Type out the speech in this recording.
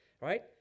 right